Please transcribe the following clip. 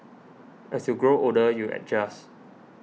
as you grow older you adjust